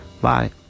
Bye